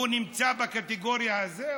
הוא נמצא בקטגוריה הזאת?